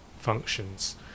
functions